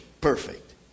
Perfect